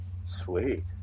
Sweet